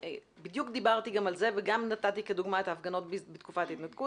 בדיוק דיברתי גם על זה וגם נתתי כדוגמה את ההפגנות בתקופת ההתנתקות